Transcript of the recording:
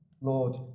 Lord